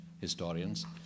historians